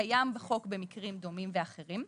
קיים בחוק במקרים דומים ואחרים.